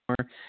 more